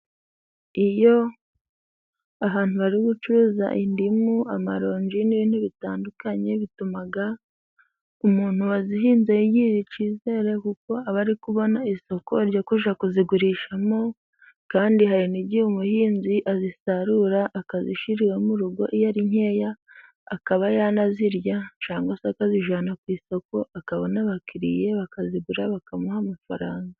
Iyo ahantu bari gucuruza indimu amarongi n'ibintu bitandukanye, bituma umuntu wazihinze yigirira icyizere , kuko aba ari kubona isoko ryo kujya kuzigurishamo kandi hari n'igihe umuhinzi azisarura akazishyira iwe rugo iyo ari nkeya ,akaba yanazirya cyangwa se akazijyana ku isoko akabona abakiriye bakazigura bakamuha amafaranga.